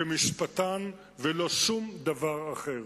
כמשפטן, ולא שום דבר אחר.